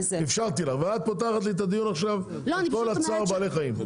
אפשרתי לך ואת פותחת לי את הדיון הזה עכשיו עם כל הצער בעלי חיים.